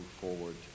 forward